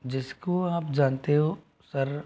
जिसको आप जानते हो सर